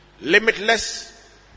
limitless